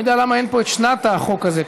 אני לא יודע למה אין פה את שנת החוק הזה.